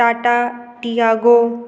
Tata Tiago